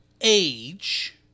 age